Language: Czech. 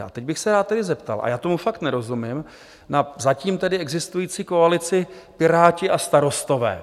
A teď bych se tedy rád zeptal, a já tomu fakt nerozumím, na zatím existující koalici Piráti a Starostové.